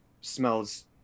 smells